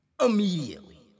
immediately